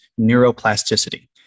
neuroplasticity